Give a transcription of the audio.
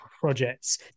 projects